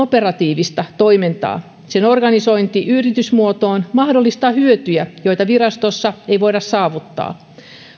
operatiivista toimintaa sen organisointi yritysmuotoon mahdollistaa hyötyjä joita virastossa ei voida saavuttaa